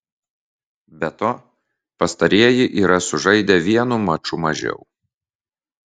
be to pastarieji yra sužaidę vienu maču mažiau